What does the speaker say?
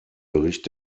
bericht